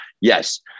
Yes